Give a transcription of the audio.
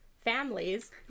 Families